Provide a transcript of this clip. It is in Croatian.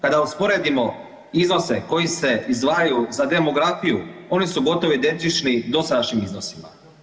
Kada usporedimo iznose koji se izdvajaju za demografiju, oni su gotovo identični dosadašnjim iznosima.